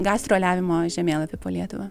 gastroliavimo žemėlapį po lietuvą